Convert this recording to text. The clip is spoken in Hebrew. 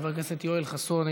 חבר הכנסת יואל חסון,